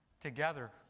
together